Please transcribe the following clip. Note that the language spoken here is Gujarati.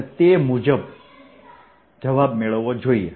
અને તે જવાબ મેળવવો જોઈએ